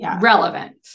relevant